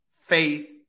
faith